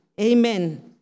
amen